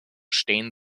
stehen